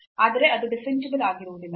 ಆದರೆ ಅದು ಡಿಫರೆನ್ಸಿಬಲ್ ಆಗಿರುವುದಿಲ್ಲ